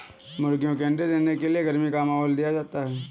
मुर्गियों के अंडे देने के लिए गर्मी का माहौल दिया जाता है